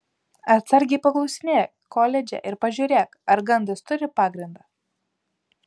atsargiai paklausinėk koledže ir pažiūrėk ar gandas turi pagrindą